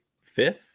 fifth